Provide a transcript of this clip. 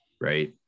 Right